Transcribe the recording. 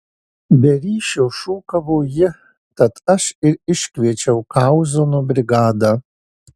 be ryšio šūkavo ji tad aš ir iškviečiau kauzono brigadą